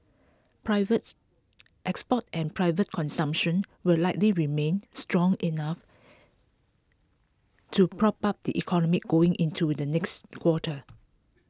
privates exports and private consumption will likely remain strong enough to prop up the economy going into the next quarter